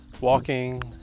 walking